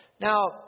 Now